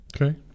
Okay